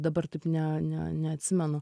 dabar taip ne ne neatsimenu